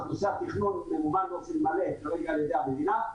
נושא התכנון כמובן באופן מלא לא יהיה על-ידי המדינה.